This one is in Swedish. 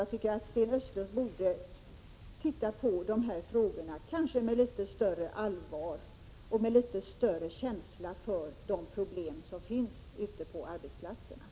Jag tycker att Sten Östlund borde titta på dessa frågor med litet större allvar och litet större känsla för de problem som finns ute på arbetsplatserna.